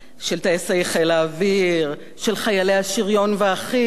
של טייסי חיל האוויר, של חיילי השריון והחי"ר?